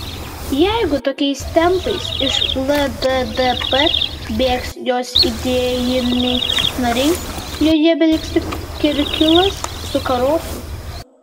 jeigu tokiais tempais iš lddp bėgs jos idėjiniai nariai joje beliks tik kirkilas su karosu